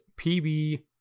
pb